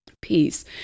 peace